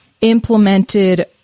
implemented